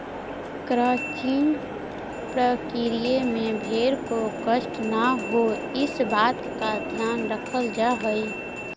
crutching प्रक्रिया में भेंड़ को कष्ट न हो, इस बात का ध्यान रखल जा हई